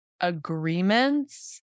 agreements